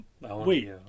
wait